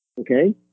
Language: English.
Okay